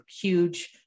huge